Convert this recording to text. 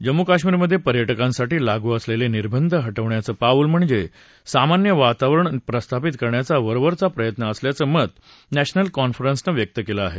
जम्मू काश्मीरमध्ये पर्यटकांसाठी लागू असलेले निर्बंध हटवण्याचं पाऊल म्हणजे सामान्य वातावरण प्रस्थापित करण्याचा वरवरचा प्रयत्न असल्याचं मत नॅशनल कॉन्फरन्सनं व्यक्त केलं आहे